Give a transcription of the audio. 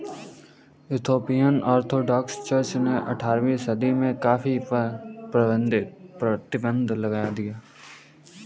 Ethiopian Orthodox Church ने अठारहवीं सदी में कॉफ़ी पर प्रतिबन्ध लगा दिया